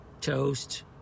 Toast